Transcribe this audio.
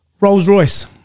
Rolls-Royce